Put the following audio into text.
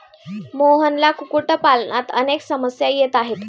मोहनला कुक्कुटपालनात अनेक समस्या येत आहेत